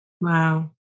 Wow